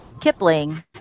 Kipling